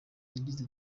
yagize